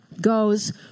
goes